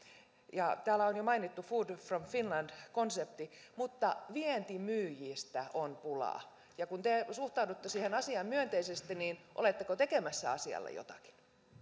ja täällä on jo mainittu food from finland konsepti niin vientimyyjistä on pulaa ja kun te suhtaudutte siihen asiaan myönteisesti niin oletteko tekemässä asialle jotakin